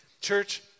Church